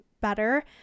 better